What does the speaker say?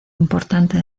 importante